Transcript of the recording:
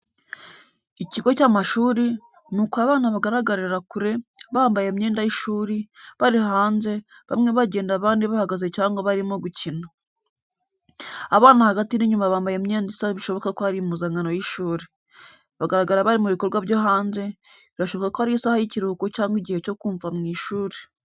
Ikigo cy’amashuri, nuko abana bagaragarira kure, bambaye imyenda y’ishuri, bari hanze, bamwe bagenda abandi bahagaze cyangwa barimo gukina. Abana hagati n’inyuma bambaye imyenda isa bishoboka ko ari impuzankano y’ishuri. Bagaragara bari mu bikorwa byo hanze, birashoboka ko ari isaha y’ikiruhuko cyangwa igihe cyo kuva mu ishuri.